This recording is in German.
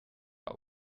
sich